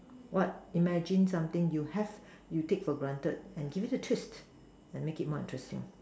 what imagine something you have you take for granted and give it a twist and make it more interesting